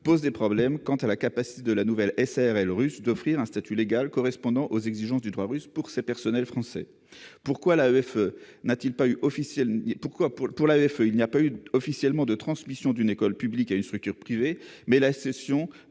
pose des problèmes quant à la capacité de la nouvelle SARL russe d'offrir un statut légal répondant aux exigences du droit russe pour ses personnels français. Quatrièmement, pourquoi, pour l'AEFE, n'y a-t-il pas eu officiellement de transmission d'une école publique à une structure privée, mais simplement